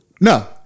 no